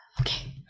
okay